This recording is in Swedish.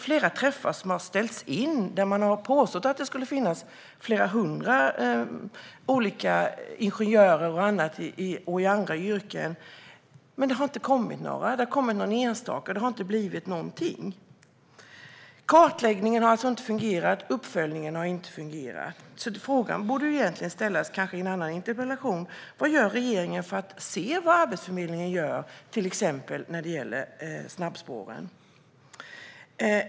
Flera träffar har ställts in trots att man har påstått att det skulle finnas flera hundra olika ingenjörer och personer i andra yrken, men det har inte kommit några mer än någon enstaka. Det har inte blivit någonting. Kartläggningen har alltså inte fungerat. Uppföljningen har inte fungerat. Frågan borde kanske ställas i en annan interpellation: Vad gör regeringen för att se vad Arbetsförmedlingen gör till exempel när det gäller snabbspåren?